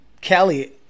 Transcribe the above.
Kelly